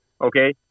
Okay